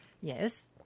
Yes